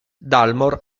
dalmor